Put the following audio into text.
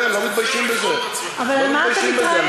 כן, לא מתביישים בזה.